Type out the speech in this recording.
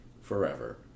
forever